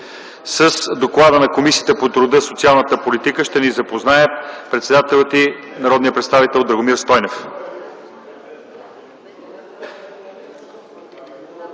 С доклада на Комисията по труда и социалната политика ще ни запознае председателят й, народният представител Драгомир Стойнев.